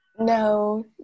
No